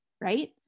right